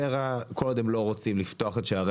ור"ה קודם לא רוצים לפתוח את שערי